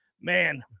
man